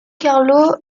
carlo